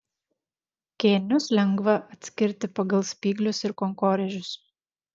kėnius lengva atskirti pagal spyglius ir kankorėžius